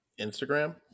Instagram